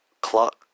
clock